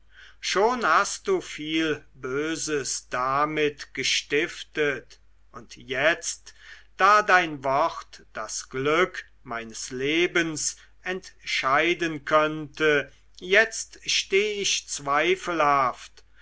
schon hast du viel böses damit gestiftet und jetzt da dein wort das glück meines lebens entscheiden könnte jetzt steh ich zweifelhaft